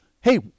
Hey